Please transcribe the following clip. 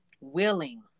willing